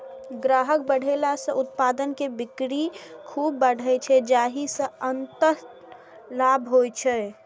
ग्राहक बढ़ेला सं उत्पाद के बिक्री खूब बढ़ै छै, जाहि सं अंततः लाभ होइ छै